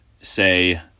say